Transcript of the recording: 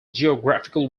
geographical